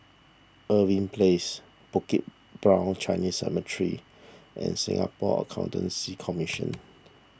Irving Place Bukit Brown Chinese Cemetery and Singapore Accountancy Commission